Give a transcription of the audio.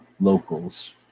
Locals